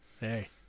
Hey